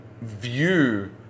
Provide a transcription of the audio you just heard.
view